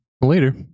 later